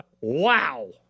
Wow